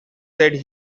said